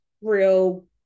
real